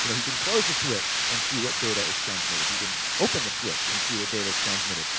you know he can close the switch, and see what data is transmitted. he can open the switch, and see what data's transmitted.